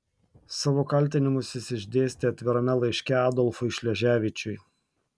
savo kaltinimus jis išdėstė atvirame laiške adolfui šleževičiui